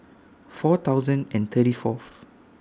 four thousand and thirty Fourth